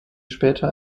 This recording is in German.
später